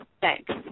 thanks